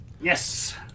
yes